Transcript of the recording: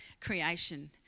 creation